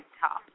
top